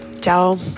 Ciao